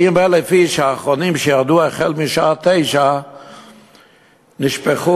40,000 איש האחרונים שירדו החל בשעה 21:00 נשפכו,